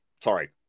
Sorry